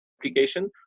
application